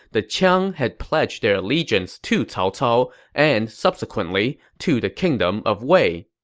the qiang had pledged their allegiance to cao cao and subsequently to the kingdom of wei.